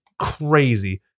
Crazy